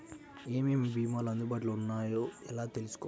ఏమేమి భీమాలు అందుబాటులో వున్నాయో ఎలా తెలుసుకోవాలి?